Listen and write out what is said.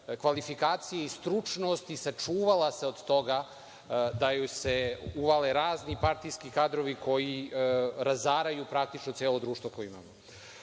kvalifikacije i stručnost i sačuvala se od toga da joj se uvale razni partijski kadrovi koji razaraju celo društvo koje imamo. Ovaj